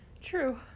True